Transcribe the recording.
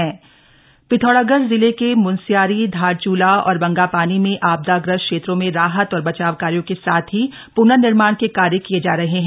पिथौरागढ़ आपदा अपडेट पिथौरागढ़ जिले के म्नस्यारी धारचूला और बंगापानी में आपदाग्रस्त क्षेत्रों में राहत और बचाव कार्यो के साथ ही प्नर्निर्माण के कार्य किये जा रहे हैं